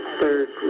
third